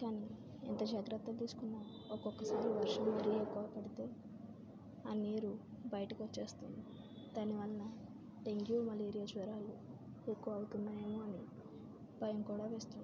కానీ ఎంత జాగ్రత్త తీసుకున్న ఒక్కొక్కసారి వర్షం మరి ఎక్కువ పడితే ఆ నీరు బయటకు వస్తుంది దానివల్ల డెంగ్యూ మలేరియా జ్వరాలు ఎక్కువ అవుతున్నాయే ఏమో అని భయం కూడా వేస్తుంది